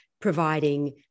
providing